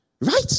right